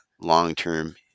long-term